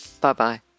Bye-bye